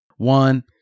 One